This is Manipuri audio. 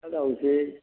ꯑꯆꯥꯊꯥꯎꯁꯦ